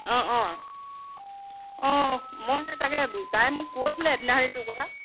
অঁ অঁ অঁ মই তাকে তাই মোক কৈছিলে এদিনা তোৰ কথা